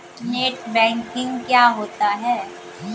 Net banking क्या होता है?